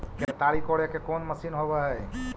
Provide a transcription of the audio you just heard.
केताड़ी कोड़े के कोन मशीन होब हइ?